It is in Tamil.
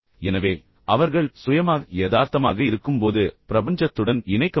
எனவே அவர்கள் சுயமாக யதார்த்தமாக இருக்கும்போது பிரபஞ்சத்துடன் இணைக்க முடியும்